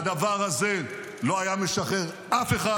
-- הדבר הזה לא היה משחרר אף אחד.